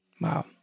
Wow